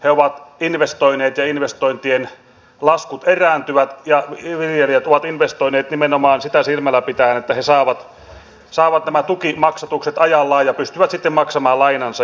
he ovat investoineet ja investointien laskut erääntyvät ja viljelijät ovat investoineet nimenomaan sitä silmällä pitäen että he saavat nämä tukimaksatukset ajallaan ja pystyvät sitten maksamaan lainansa